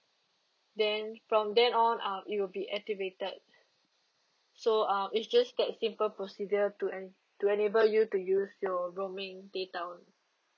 then from then on um it will be activated so uh is just that simple procedure to en~ to enable you to use your roaming data